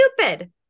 stupid